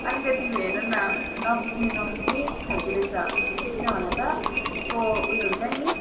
अलिकति हेर न नबुझ्ने नबुझ्ने खालको रहेछ किन भन त त्यसको उयो हुन्छ नि